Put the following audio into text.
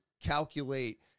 calculate